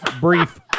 Brief